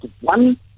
one